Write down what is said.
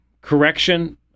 correction